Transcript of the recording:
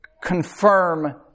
confirm